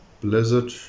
Blizzard